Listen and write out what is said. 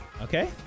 Okay